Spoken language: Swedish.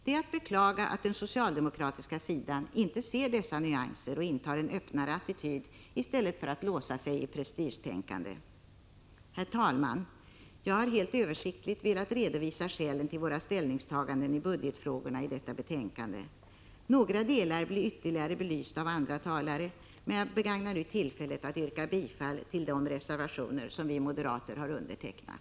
Det är att beklaga att den socialdemokratiska sidan inte ser dessa nyanser och intar en öppnare attityd i stället för att låsa sig i prestigetänkande. Herr talman! Jag har helt översiktligt velat redovisa skälen till våra ställningstaganden i budgetfrågorna i detta betänkande. Några delar blir ytterligare belysta av andra talare, men jag begagnar nu tillfället att yrka bifall till de reservationer som vi moderater har undertecknat.